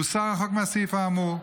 הוסר החוק מהסעיף האמור,